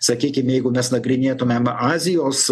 sakykim jeigu mes nagrinėtumėm azijos